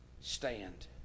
stand